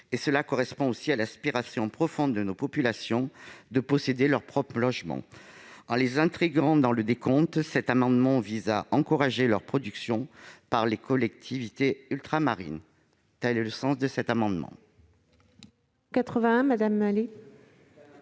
Cela correspond, enfin, à l'aspiration profonde de nos populations de posséder leur propre logement. En les intégrant dans le décompte, cet amendement vise à encourager leur production par les collectivités ultramarines. L'amendement